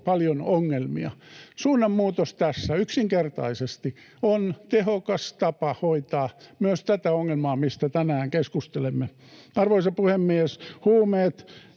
paljon ongelmia. Suunnanmuutos tässä yksinkertaisesti on tehokas tapa hoitaa myös tätä ongelmaa, mistä tänään keskustelemme. Arvoisa puhemies! Huumeet,